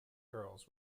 girls